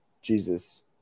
Jesus